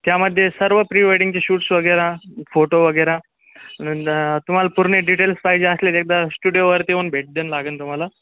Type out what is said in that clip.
त्यामध्ये सर्व प्री वेडिंगचे शूट्स वगैरे फोटो वगैरे न तुम्हाला पूर्ण डिटेल्स पाहिजे असले एकदा स्टुडिओवरती येऊन भेट देन लागेल तुम्हाला